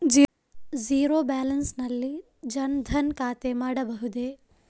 Zero balance ನಲ್ಲಿ ಜನ್ ಧನ್ ಖಾತೆ ಮಾಡಬಹುದೇ?